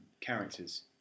characters